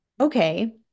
okay